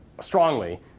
strongly